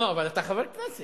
לא, אבל אתה חבר כנסת.